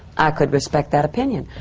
i could respect that opinion.